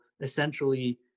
essentially